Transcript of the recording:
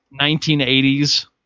1980s